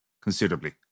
considerably